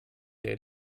eight